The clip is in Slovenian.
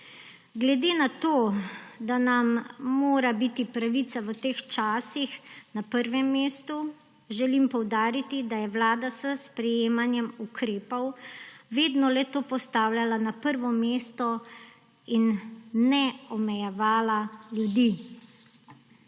Glede na to, da nam mora biti pravica v teh časih na prvem mestu, želim poudariti, da je Vlada s sprejemanjem ukrepov vedno to postavljala na prvo mesto in ni omejevala ljudi.